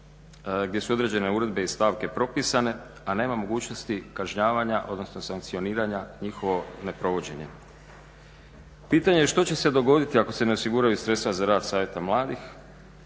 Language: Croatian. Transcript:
gdje su određene uredbe i stavke propisane, a nema mogućnosti kažnjavanja odnosno sankcioniranja njihovog neprovođenja. Pitanje je što će se dogoditi ako se ne osiguraju sredstva za rad Savjeta mladih?